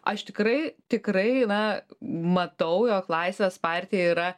aš tikrai tikrai na matau jog laisvės partija yra